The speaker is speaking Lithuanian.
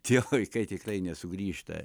tie laikai tikrai nesugrįžta